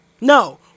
No